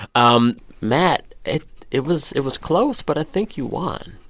um matt, it it was it was close, but i think you won.